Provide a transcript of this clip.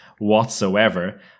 whatsoever